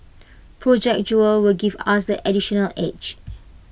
project jewel will give us this additional edge